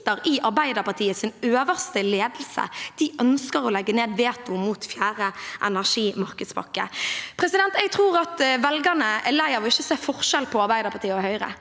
i Arbeiderpartiets øverste ledelse, ønsker å legge ned veto mot fjerde energimarkedspakke. Jeg tror velgerne er lei av ikke å se forskjell på Arbeiderpartiet og Høyre.